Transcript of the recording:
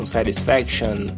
Satisfaction